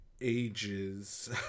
Ages